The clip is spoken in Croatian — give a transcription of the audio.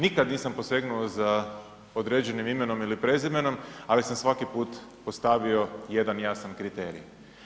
Nikada nisam posegnuo za određenim imenom ili prezimenom, ali sam svaki put postavio jedan jasan kriterij.